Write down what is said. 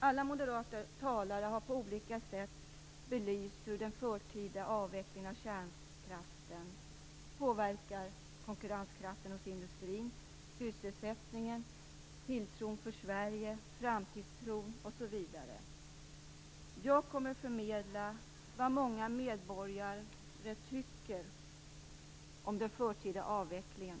Alla moderata talare har på olika sätt belyst hur den förtida avvecklingen av kärnkraften påverkar konkurrenskraften hos industrin, sysselsättningen, tilltron för Sverige, framtidstron osv. Jag kommer att förmedla vad många enskilda medborgare tycker om den förtida avvecklingen.